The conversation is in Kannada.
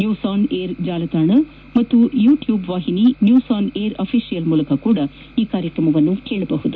ನ್ಯೂಸ್ ಆನ್ ಏರ್ ಜಾಲತಾಣ ಮತ್ತು ಯೂಟ್ಯೂಬ್ ವಾಹಿನಿ ನ್ಯೂಸ್ ಆನ್ ಏರ್ ಅಫಿಶಿಯಲ್ ಮೂಲಕವೂ ಈ ಕಾರ್ಯಕ್ರಮವನ್ನು ಕೇಳಬಹುದು